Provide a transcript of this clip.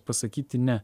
pasakyti ne